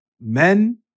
men